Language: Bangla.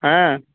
হ্যাঁ